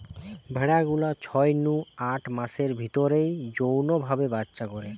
ভেড়া গুলা ছয় নু আট মাসের ভিতরেই যৌন ভাবে বাচ্চা করে